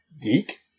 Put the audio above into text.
Geek